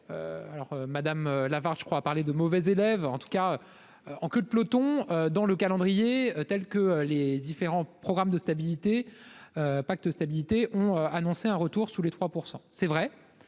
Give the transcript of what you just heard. madame Lavarde je crois parler de mauvais élève en tout cas en queue de peloton dans le calendrier-t-elle. Que les différents programmes de stabilité pacte stabilité ont annoncé un retour sous les 3 % c'est vrai,